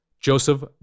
Joseph